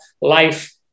life